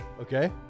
Okay